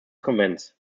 konvents